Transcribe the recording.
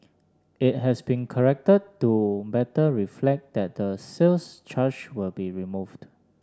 it has been corrected to better reflect that the sales charge will be removed